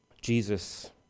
Jesus